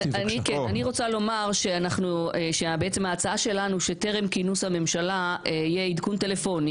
אני רוצה לומר שההצעה שלנו שטרם כינוס הממשלה יהיה עדכון טלפוני,